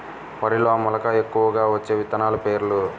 వరిలో మెలక ఎక్కువగా వచ్చే విత్తనాలు పేర్లు?